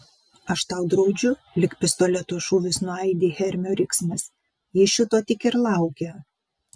aš tau draudžiu lyg pistoleto šūvis nuaidi hermio riksmas ji šito tik ir laukia